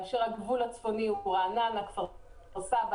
הגבול הצפוני הוא רעננה וכפר-סבא,